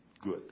good